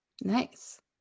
Nice